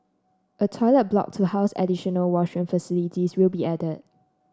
a toilet block to house additional washroom facilities will be added